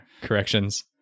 corrections